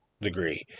degree